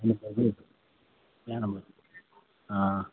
तैँ हम हँ